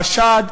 חשד,